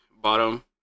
bottom